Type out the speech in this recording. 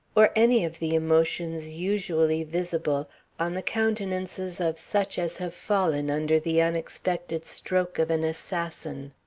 or any of the emotions usually visible on the countenances of such as have fallen under the unexpected stroke of an assassin.